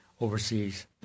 overseas